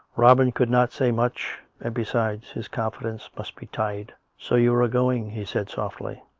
robin could not say much, and, besides, his confidence must be tied. so you are going, he said softly.